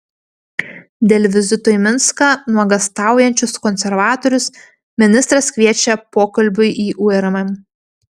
dėl vizito į minską nuogąstaujančius konservatorius ministras kviečia pokalbiui į urm